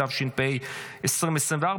התשפ"ה 2024,